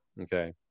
okay